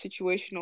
situational